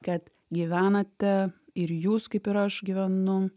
kad gyvenate ir jūs kaip ir aš gyvenu